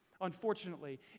unfortunately